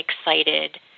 excited